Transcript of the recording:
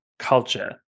culture